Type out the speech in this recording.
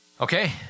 Okay